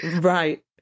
Right